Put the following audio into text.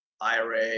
IRA